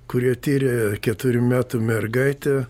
kurie tiria keturių metų mergaitę